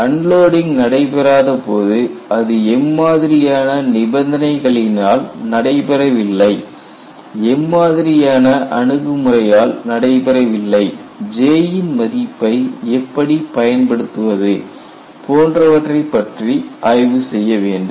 unloading நடைபெறாத போது அது எம்மாதிரியான நிபந்தனைகளினால் நடைபெறவில்லை எம்மாதிரியான அணுகுமுறையால் நடைபெறவில்லை J யின் மதிப்பை எப்படி பயன்படுத்துவது போன்றவற்றை பற்றி ஆய்வு செய்ய வேண்டும்